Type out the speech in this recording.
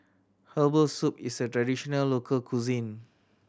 herbal soup is a traditional local cuisine